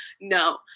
No